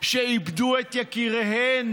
שאיבדו את יקיריהן